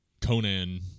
Conan